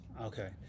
Okay